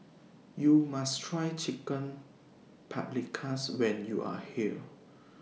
YOU must Try Chicken Paprikas when YOU Are here